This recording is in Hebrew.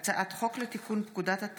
וכלה בהצעת חוק פ/2543/24: הצעת חוק לתיקון